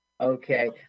Okay